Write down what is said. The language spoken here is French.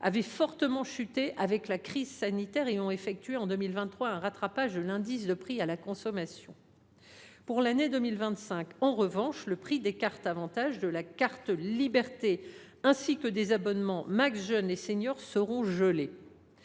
ont fortement chuté du fait de la crise sanitaire, ils ont fait l’objet d’un rattrapage de l’indice des prix à la consommation en 2023. Pour l’année 2025, en revanche, les prix des cartes Avantage, de la carte Liberté ainsi que des abonnements Max Jeune et Senior seront gelés.